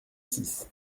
six